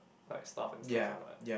like stuff and stuff one right